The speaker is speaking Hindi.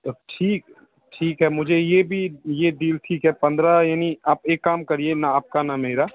अब ठीक ठीक है मुझे ये भी ये डील ठीक है पंद्रह यानी आप एक काम करिए ना आपका ना मेरा